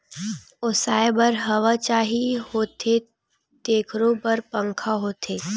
ओसाए बर हवा चाही होथे तेखरो बर पंखा होथे